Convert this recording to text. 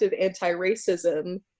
anti-racism